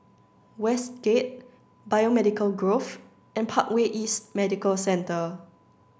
Westgate Biomedical Grove and Parkway East Medical Centre